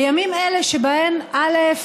בימים אלה שבהם, א.